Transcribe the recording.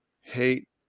hate